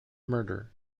murder